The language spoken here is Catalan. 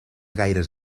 gaires